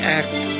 act